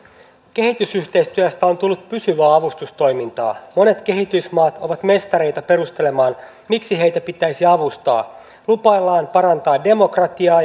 kehitysyhteistyöstä on tullut pysyvää avustustoimintaa monet kehitysmaat ovat mestareita perustelemaan miksi heitä pitäisi avustaa lupaillaan parantaa demokratiaa